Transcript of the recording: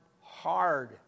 hard